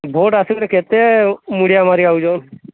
vote ଆସି ଗଲେ କେତେ ମୁଣ୍ଡିଆ ମାରି ଆସୁଛନ୍ତି